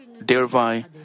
thereby